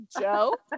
Joe